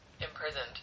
imprisoned